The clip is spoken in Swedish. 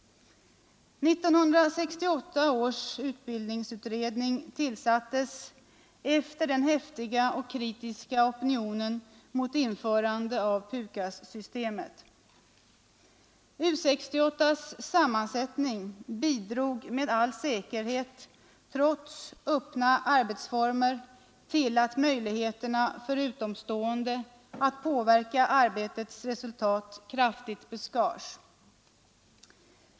1968 års utbildningsutredning tillsattes efter den häftiga och kritiska opinionen mot införandet av PUKAS-systemet. U 68:s sammansättning bidrog med all säkerhet, trots öppna arbetsformer, till att möjligheterna för utomstående att påverka arbetets resultat kraftigt beskars.